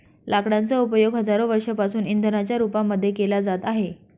लाकडांचा उपयोग हजारो वर्षांपासून इंधनाच्या रूपामध्ये केला जात आहे